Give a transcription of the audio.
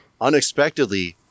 unexpectedly